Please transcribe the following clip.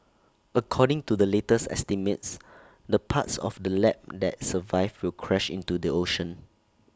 according to the latest estimates the parts of the lab that survive will crash into the ocean